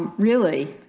really